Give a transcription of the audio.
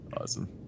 awesome